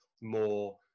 more